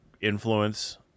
influence